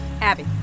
Abby